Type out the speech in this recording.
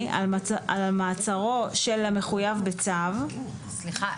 על מעצרו של המחויב בצו --- סליחה,